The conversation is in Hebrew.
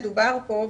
מדובר פה,